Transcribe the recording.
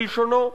כלשונו,